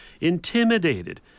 intimidated